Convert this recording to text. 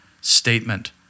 statement